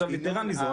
יתרה מזו,